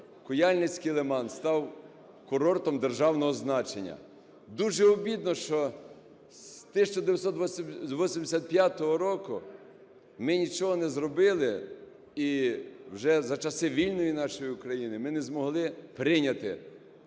Куяльницький лиман став курортом державного значення. Дуже обідно, що з 1985 року ми нічого не зробили, і вже за часи вільної нашої України ми не змогли прийняти